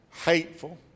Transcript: Hateful